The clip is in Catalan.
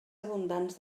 abundants